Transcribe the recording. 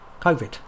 COVID